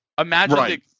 Imagine